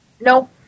No